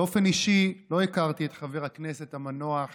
באופן אישי לא הכרתי את חבר הכנסת המנוח